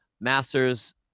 masters